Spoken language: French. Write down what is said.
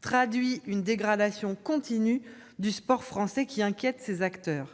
traduit une dégradation continue du sport français qui inquiète ses acteurs.